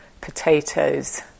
potatoes